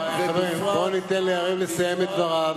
בואו ניתן ליריב לסיים את דבריו.